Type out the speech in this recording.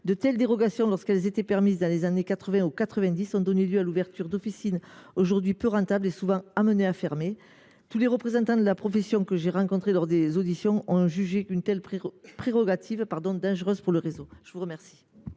De telles dérogations, lorsqu’elles étaient permises dans les années 1980 et 1990, ont donné lieu à l’ouverture d’officines aujourd’hui peu rentables et souvent amenées à fermer. Tous les représentants de la profession que j’ai rencontrés lors des auditions ont jugé une telle prérogative dangereuse pour le réseau. L’avis de